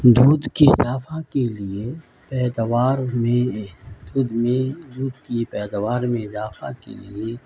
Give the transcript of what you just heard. دودھ کے اضافہ کے لیے پیداوار میں دودھ میں دودھ کی پیداوار میں اضافہ کے لیے